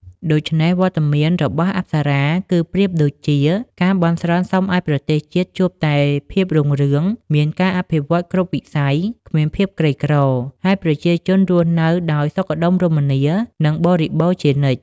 ដូច្នេះ វត្តមានរបស់អប្សរា គឺប្រៀបដូចជា ការបន់ស្រន់សុំឲ្យប្រទេសជាតិជួបតែភាពរុងរឿង មានការអភិវឌ្ឍន៍គ្រប់វិស័យ គ្មានភាពក្រីក្រ ហើយប្រជាជនរស់នៅដោយសុខដុមរមនា និងបរិបូរណ៍ជានិច្ច។